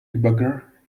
debugger